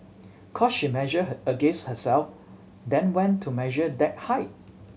cos she measured her against herself then went to measure that height